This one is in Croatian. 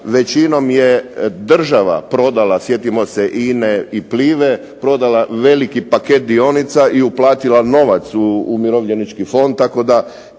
većinom je država prodala, sjetimo se INA-e i Plive prodala veliki paket dionica i uplatila novac u umirovljenički fond, tako da